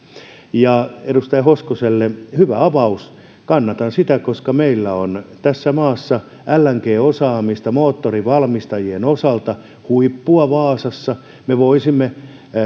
ja edustaja hoskoselle hyvä avaus kannatan sitä koska meillä on tässä maassa lng osaamista moottorivalmistajien osalta huippua vaasassa me voisimme